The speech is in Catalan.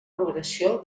progressió